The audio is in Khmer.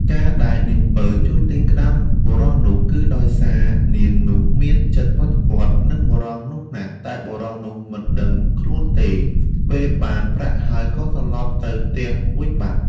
ការដែលនាងពៅជួយទិញក្ដាមបុរសនោះ គឺដោយសារនាងនោះមានចិត្តប្រតិព័ទ្ធនឹងបុរសនោះណាស់ តែបុរសនោះមិនដឹងខ្លួនទេ ពេលបានប្រាក់ហើយក៏ត្រឡប់ទៅផ្ទះវិញបាត់។